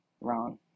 wrong